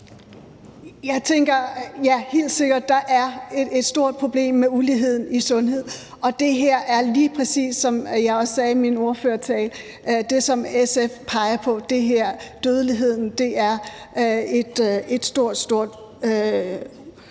helt sikkert, at der er et stort problem med uligheden i sundhed, og det her viser det lige præcis, som jeg også sagde i min ordførertale, altså det, som SF peger på. Dødeligheden er et stort, stort